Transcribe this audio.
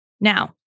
Now